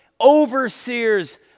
overseers